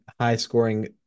high-scoring